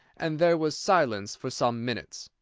and there was silence for some minutes.